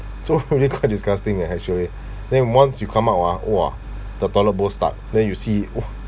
so really quite disgusting leh actually then once it come out ah !wah! the toilet bowl stuck then you see !woo!